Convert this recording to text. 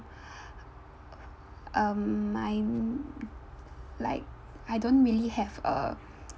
um I'm like I don't really have a